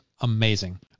amazing